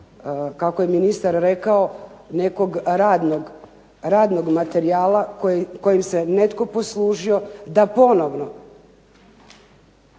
kako je ministar rekao nekog radnog materijala kojim se netko poslužio da ponovno